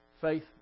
Faith